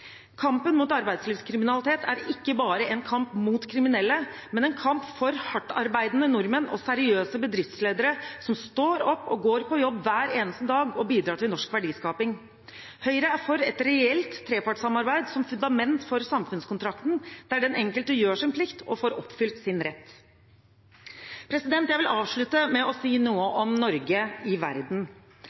Kampen mot arbeidslivskriminalitet er ikke bare en kamp mot kriminelle, men en kamp for hardtarbeidende nordmenn og seriøse bedriftsledere som står opp og går på jobb hver eneste dag og bidrar til norsk verdiskaping. Høyre er for et reelt trepartssamarbeid som fundament for samfunnskontrakten, der den enkelte gjør sin plikt og får oppfylt sin rett. Jeg vil avslutte med å si noe om Norge i verden.